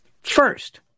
First